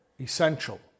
essential